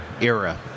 era